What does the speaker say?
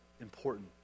important